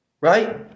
Right